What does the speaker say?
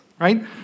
right